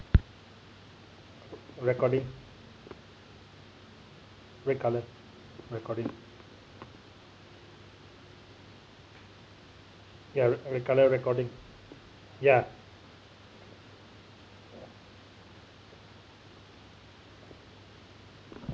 recording red colour recording ya red colour recording ya